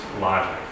logic